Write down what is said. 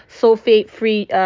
sulfate-free